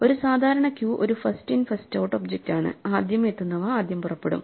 ഒരു സാധാരണ ക്യൂ ഒരു ഫസ്റ്റ് ഇൻ ഫസ്റ്റ് ഔട്ട് ഒബ്ജക്റ്റാണ് ആദ്യം എത്തുന്നവ ആദ്യം പുറപ്പെടും